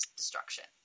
destruction